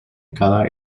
cada